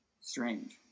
Strange